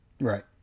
Right